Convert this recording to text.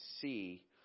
See